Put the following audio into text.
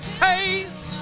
face